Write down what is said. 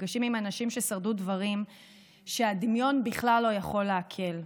מפגשים עם אנשים ששרדו דברים שהדמיון בכלל לא יכול לעכל: